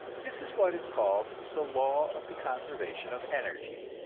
this is what is called the law of the conservation of energy,